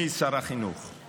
אחרי זה משרד החינוך ישב,